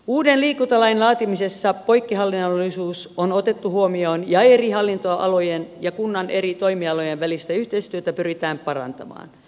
uuden liikuntalain laatimisessa poikkihallinnollisuus on otettu huomioon ja eri hallinnonalojen ja kunnan eri toimialojen välistä yhteistyötä pyritään parantamaan